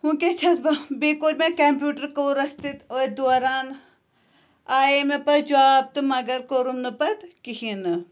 وٕنۍکٮ۪س چھَس بہٕ بیٚیہِ کوٚر مےٚ کَمپیوٗٹَر کورس تہِ أتھۍ دوران آیے مےٚ پَتہٕ جاب تہٕ مگر کوٚرُن نہٕ پَتہٕ کِہیٖنۍ نہٕ